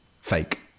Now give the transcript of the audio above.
fake